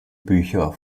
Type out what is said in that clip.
bücher